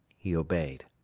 he obeyed.